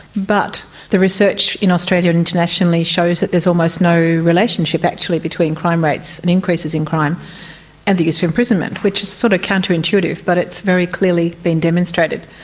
but the research in australia and internationally shows that there is almost no relationship actually between crime rates and increases in crime and the use of imprisonment, which is sort of counterintuitive but it's very clearly been demonstrated.